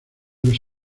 los